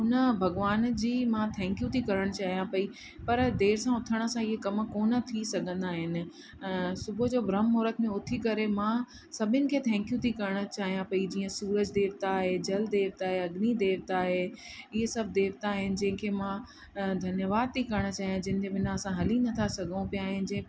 उन भॻवान जी मां थैंक्यू थी करणु चाहियां पई पर देरि सां उथण सां इहे कमु कोन थी सघंदा आहिनि सुबुह जो ब्रह्म मुहूरत में उथी करे मां सभिनि खे थैंक्यू थी करणु चाहियां पई जीअं सूरज देवता आहे जल देवता आहे अग्नि देवता आहे इहे सभु देवता आहिनि जंहिंखें मां धन्यवाद थी करणु चाहियां पई जंहिंजे बिना असां हली नथा सघूं पिया ऐं जंहिं